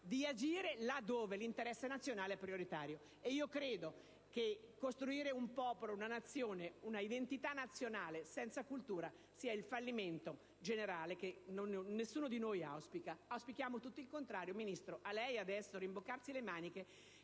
di agire là dove l'interesse nazionale è prioritario. Credo che costruire un popolo, una Nazione, un'identità nazionale senza cultura rappresenti un fallimento generale che nessuno di noi auspica. Auspichiamo tutti il contrario, Ministro: a lei adesso spetta rimboccarsi le maniche